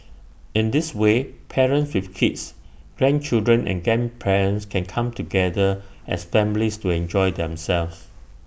in this way parents with kids grandchildren and grandparents can come together as families to enjoy themselves